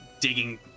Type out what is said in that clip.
digging